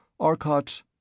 Arcot